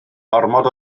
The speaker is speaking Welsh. ormod